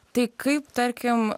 tai kaip tarkim